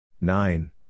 Nine